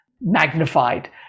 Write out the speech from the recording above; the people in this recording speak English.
magnified